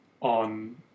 on